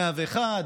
ל-101,